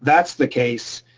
that's the case,